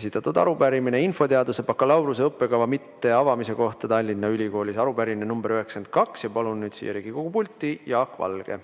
esitatud arupärimine infoteaduse bakalaureuse õppekava mitteavamise kohta Tallinna Ülikoolis, arupärimine number 92. Palun nüüd siia Riigikogu pulti Jaak Valge.